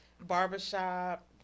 barbershop